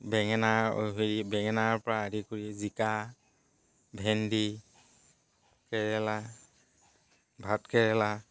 বেঙেনা হেৰি বেঙেনাৰ পৰা আদি কৰি জিকা ভেণ্ডি কেৰেলা ভাত কেৰেলা